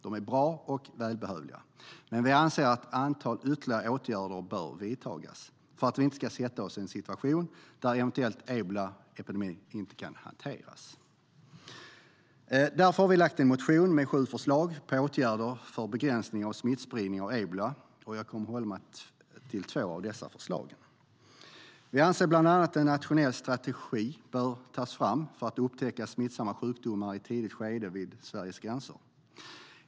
De är bra och välbehövliga. Men vi anser att ett antal ytterligare åtgärder bör vidtas för att vi inte ska sätta oss i en situation där en eventuell ebolaepidemi inte kan hanteras. Därför har vi lagt fram en motion med sju förslag på åtgärder för begränsning av smittspridning av ebola. Jag kommer att hålla mig till två av dessa förslag. Vi anser bland annat att en nationell strategi bör tas fram för att upptäcka smittsamma sjukdomar i ett tidigt skede vid Sveriges gränser.